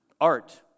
Art